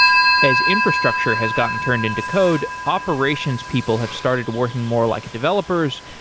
as infrastructure has gotten turned into code, operations people have started working more like developers,